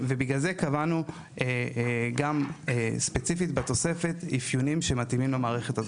ובגלל זה קבענו גם ספציפית בתוספת אפיונים שמתאימים למערכת הזאת.